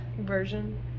Version